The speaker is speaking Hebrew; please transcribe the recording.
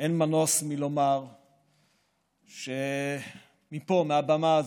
אין מנוס מלומר שמפה, מהבמה הזאת,